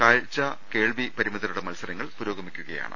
കാഴ്ച കേൾവി പരിമിതരുടെ മത്സരങ്ങൾ പുരോഗമിക്കുകയാണ്